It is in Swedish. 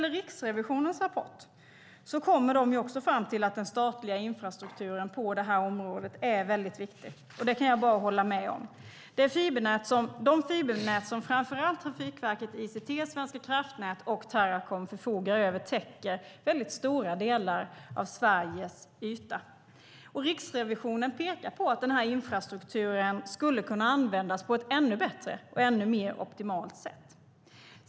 Riksrevisionen kommer också fram till i sin rapport att den statliga infrastrukturen på området är viktig. Det kan jag bara hålla med om. De fibernät som framför allt Trafikverket ICT, Svenska kraftnät och Teracom förfogar över täcker stora delar av Sveriges yta. Riksrevisionen pekar på att infrastrukturen skulle kunna användas på ett ännu bättre och ännu mer optimalt sätt.